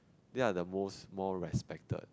they are the most more respected